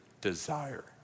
desire